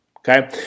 Okay